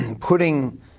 putting